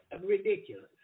ridiculous